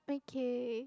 okay